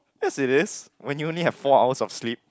yes it is when you only have four hours of sleep